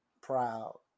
proud